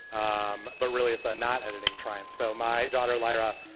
um ah really, it's i'm not editing triumph. so my daughter lara,